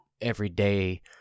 everyday